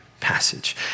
passage